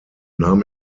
nahm